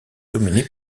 dominé